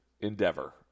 endeavor